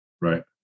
right